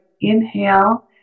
inhale